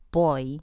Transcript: boy